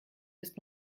ist